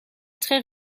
très